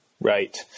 Right